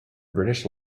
british